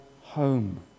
home